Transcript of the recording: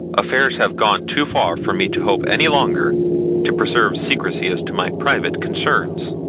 affairs have gone too far for me to hope any longer to preserve secrecy as to my private concerns.